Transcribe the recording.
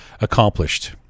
accomplished